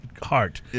Heart